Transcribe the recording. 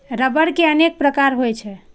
रबड़ के अनेक प्रकार होइ छै